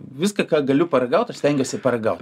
viską ką galiu paragaut aš stengiuosi paragaut